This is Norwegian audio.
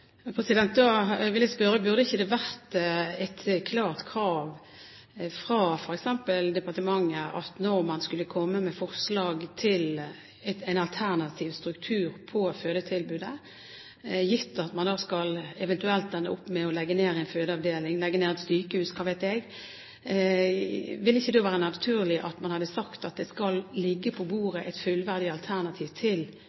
Da vil jeg spørre: Burde det ikke vært et klart krav fra f.eks. departementet når man skal komme med forslag til en alternativ struktur på fødetilbudet, gitt at man eventuelt skal ende opp med å legge ned en fødeavdeling, legge ned et sykehus – hva vet jeg – at man hadde sagt at det skal ligge på